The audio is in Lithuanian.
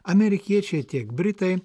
amerikiečiai tiek britai